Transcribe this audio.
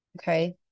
Okay